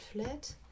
flat